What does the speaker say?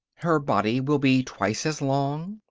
her body will be twice as long,